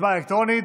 הצבעה אלקטרונית.